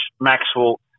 Maxwell